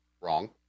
wrong